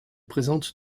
présente